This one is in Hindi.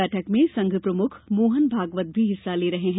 बैठक में संघ प्रमुख मोहन भागवत भी हिस्सा ले रहे हैं